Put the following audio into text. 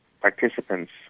participants